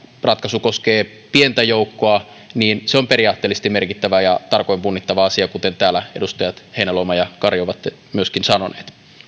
ratkaisu koskee pientä joukkoa niin se on periaatteellisesti merkittävä ja tarkoin punnittava asia kuten täällä myöskin edustajat heinäluoma ja kari ovat sanoneet